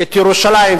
את ירושלים,